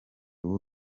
w’u